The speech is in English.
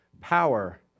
Power